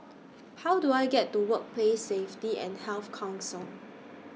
How Do I get to Workplace Safety and Health Council